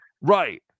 right